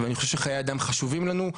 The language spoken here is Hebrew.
אני חושב שחיי אדם חשובים לנו.